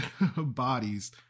bodies